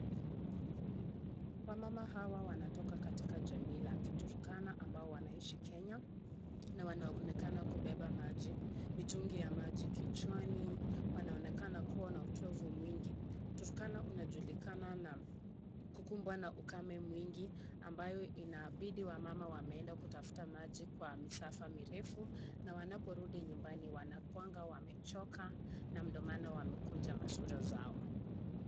Wamama hawa wanatoka katika jamii la kiturkana ambao waishi Kenya, na wanaonekana kubeba maji, mitungi ya maji kichwani, wanaonekana kuwa na uchovu mwingi. Tukrana unajulikana na kukumbwa na ukame mwingi ambayo inabidi wamama wameenda kutafuta maji kwa misafa mirefu na wanaporudi nyumbani wanakuanga wamechoka, na ndio maana wamekunja masura zao.